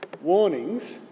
Warnings